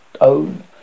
own